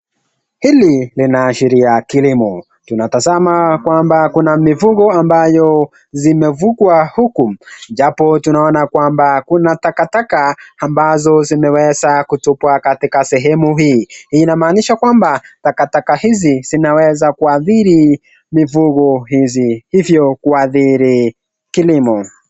Hili linaashiria kilimo . Tunatazama kwamba kuna mifugo ambayo zimefugwa huku japo tunaona kwamba kuna taka taka ambazo zimeweza kutupwa katika sehemu hii . Inamaanisha kwamba taka taka hizi zinaweza kuathiri mifugo hizi hivyo kuathiri kilimo.